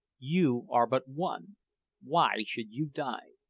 you are but one why should you die?